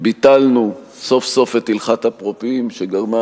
ביטלנו סוף-סוף את הלכת אפרופים שגרמה